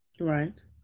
Right